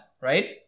right